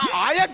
i